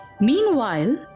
Meanwhile